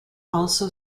also